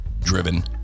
Driven